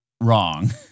wrong